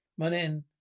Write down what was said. Manen